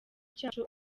cyacu